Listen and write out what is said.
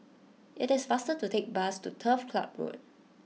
it is faster to take bus to Turf Ciub Road